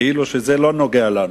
כאילו שזה לא נוגע לנו,